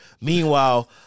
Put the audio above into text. Meanwhile